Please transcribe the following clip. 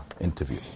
interview